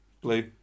blue